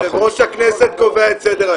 יושב-ראש הכנסת קובע את סדר-היום.